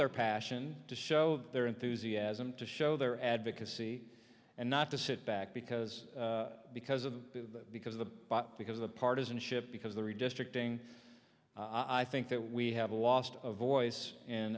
their passion to show their enthusiasm to show their advocacy and not to sit back because because of the because of the pot because of the partisanship because the redistricting i think that we have lost a voice